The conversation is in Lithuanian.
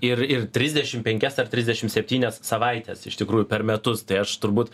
ir ir trisdešim penkias ar trisdešim septynias savaites iš tikrųjų per metus tai aš turbūt